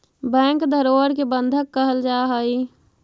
bank धरोहर के बंधक कहल जा हइ